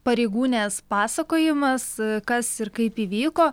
pareigūnės pasakojimas kas ir kaip įvyko